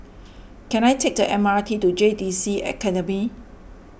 can I take the M R T to J T C Academy